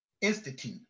Institute